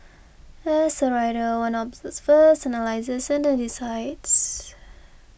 as a writer one observes first analyses and then decides